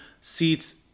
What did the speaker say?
seats